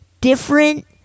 different